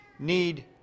need